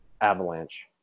Avalanche